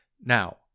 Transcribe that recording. Now